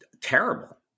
terrible